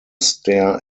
stair